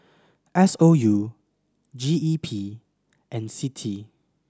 S O U G E P and CITI